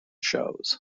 shows